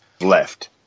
Left